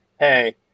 hey